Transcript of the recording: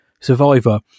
Survivor